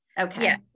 Okay